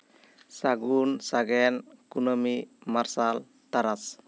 ᱥᱟᱹᱜᱩᱱ ᱥᱟᱜᱮᱱ ᱠᱩᱱᱟᱹᱢᱤ ᱢᱟᱨᱥᱟᱞ ᱛᱟᱨᱟᱥ